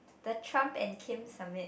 the Trump and Kim summit